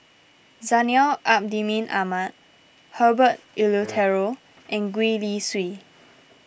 Zainal Abidin Ahmad Herbert Eleuterio and Gwee Li Sui